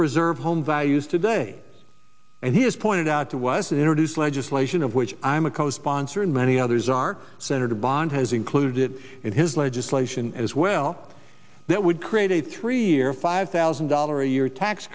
preserve home values today and he has pointed out that was introduced legislation of which i'm a co sponsor and many others are senator bond has included in his legislation as well that would create a three year five thousand dollars a year tax